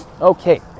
Okay